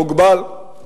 מוגבל.